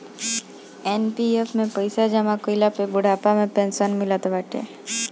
NPF में पईसा जमा कईला पे बुढ़ापा में पेंशन मिलत बाटे